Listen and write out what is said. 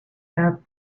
had